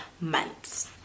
months